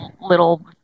little